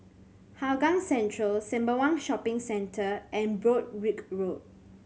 Hougang Central Sembawang Shopping Centre and Broadrick Road